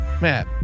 Man